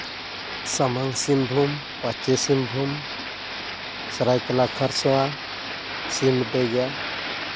ᱥᱟᱢᱟᱝ ᱥᱤᱝᱵᱷᱩᱢ ᱯᱟᱪᱮ ᱥᱤᱝᱵᱷᱩᱢ ᱥᱟᱹᱨᱟᱹᱭᱠᱮᱞᱟ ᱠᱷᱟᱨᱥᱟᱣᱟ ᱥᱤᱢᱰᱮᱸᱜᱟ